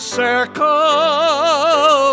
circle